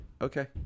Okay